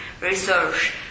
research